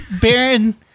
Baron